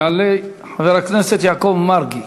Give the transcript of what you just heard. יעלה חבר הכנסת יעקב מרגי,